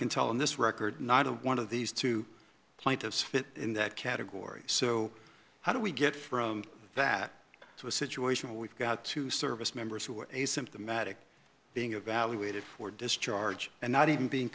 can tell in this record neither one of these two plaintiffs fit in that category so how do we get from that to a situation where we've got two service members who are asymptomatic being evaluated for discharge and not even being